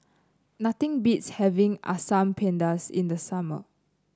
nothing beats having Asam Pedas in the summer